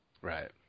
Right